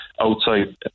outside